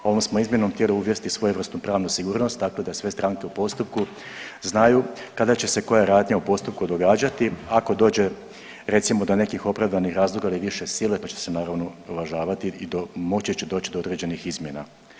Ovom smo izmjenom htjeli uvesti svojevrsnu pravnu sigurnost, tako da sve stranke u postupku znaju kada će se koja radnja u postupku događati ako dođe recimo do nekih opravdanih razloga ili više sile to će se naravno uvažavati i moći će doći do određenih izmjena.